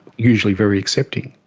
usually very accepting.